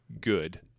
good